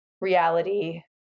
reality